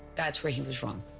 that's where he was wrong.